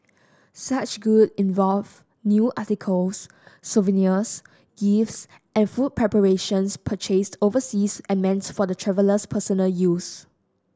such good involve new articles souvenirs gifts and food preparations purchased overseas and meant for the traveller's personal use